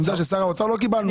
עמדה של שר האוצר לא קיבלנו,